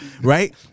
right